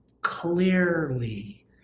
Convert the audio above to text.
clearly